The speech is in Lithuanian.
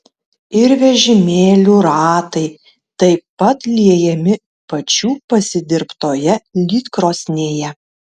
ir vežimėlių ratai taip pat liejami pačių pasidirbtoje lydkrosnėje